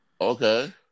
Okay